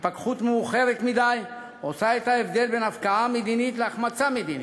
והתפכחות מאוחרת מדי עושה את ההבדל בין הבקעה מדינית להחמצה מדינית,